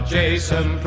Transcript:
Jason